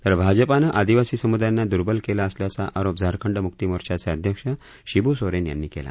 तर भाजपानं आदिवासी सम्दायांना दर्बल केलं असल्याचं आरोप झारखंड म्क्तिमोर्चाचे अध्यक्ष शिबू सोरेन यांनी केला